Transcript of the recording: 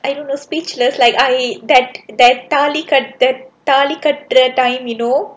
I don't know speechless like I that that thali கட்ட:thaali katta that thali கட்டற:thaali kattara that time you know